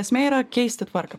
esmė yra keisti tvarką